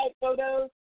photos